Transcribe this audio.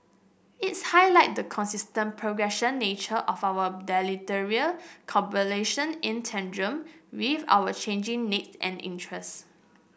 is highlight the constantly progressing nature of our bilateral cooperation in tandem with our changing need and interests